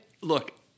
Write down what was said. look